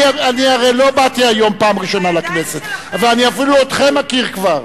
אני הרי לא באתי היום פעם ראשונה לכנסת ואני אפילו אתכם מכיר כבר,